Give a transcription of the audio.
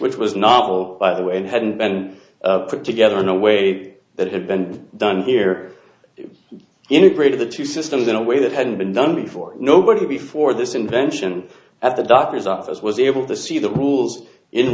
which was novel by the way hadn't been put together in a way that had been done here integrated the two systems in a way that hadn't been done before nobody before this invention at the doctor's office was able to see the rules in